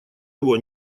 его